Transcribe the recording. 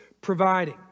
providing